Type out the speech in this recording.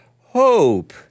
hope